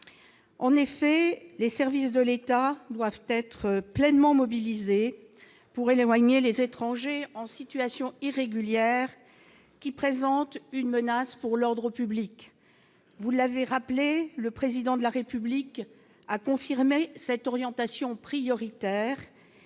en effet, les services de l'État doivent être pleinement mobilisé pour éloigner les étrangers en situation irrégulière qui présentent une menace pour l'ordre public, vous l'avez rappelé le président de la République a confirmé cette orientation prioritaire